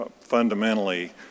fundamentally